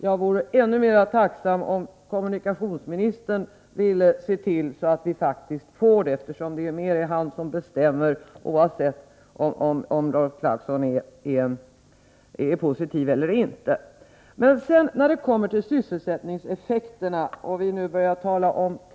Jag vore ännu mera Måndagen den tacksam om kommunikationsministern skulle vilja se till att vi faktiskt får 23 januari 1984 detta, eftersom det ju mera är han som bestämmer, oavsett om Rolf Clarkson är positiv eller inte. Om en fast för Men när det sedan gäller sysselsättningseffekterna och vi börjar tala om bindelsemellan.